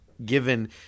given